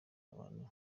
abantu